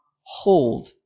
hold